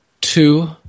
Two